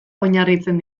oinarritzen